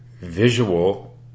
visual